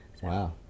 Wow